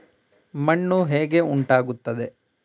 ಮಣ್ಣು ಹೇಗೆ ಉಂಟಾಗುತ್ತದೆ?